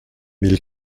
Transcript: mille